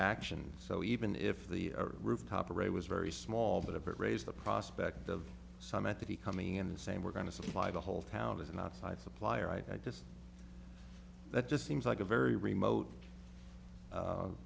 action so even if the rooftop array was very small but if it raised the prospect of some entity coming in the same we're going to supply the whole town as an outside supplier i just that just seems like a very remote